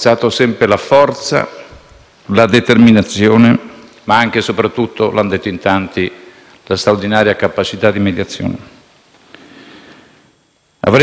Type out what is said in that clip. Avrei voluto soffermarmi solo sulle qualità umane di Altero, ma non posso non rilevare, al fondo di questo mio breve intervento,